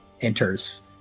enters